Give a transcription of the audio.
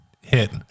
hit